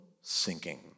sinking